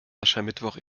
aschermittwoch